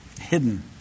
hidden